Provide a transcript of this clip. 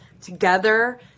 together